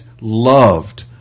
loved